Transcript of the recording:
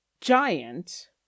giant